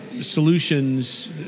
solutions